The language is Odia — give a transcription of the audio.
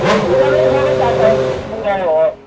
ଜିଦ ଧରିଲେ ଚାରଧାମ ଯାଇ ହେବ